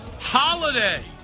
holiday